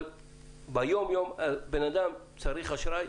אבל ביום-יום בן-אדם צריך אשראי,